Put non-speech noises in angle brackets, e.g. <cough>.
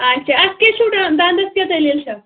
آچھا اَتھ کیٛاہ چھُو <unintelligible> دَنٛدَس کیٛاہ دٔلیٖل چھےٚ